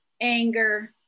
anger